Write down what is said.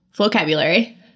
Vocabulary